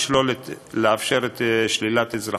ולאפשר שלילת אזרחותו.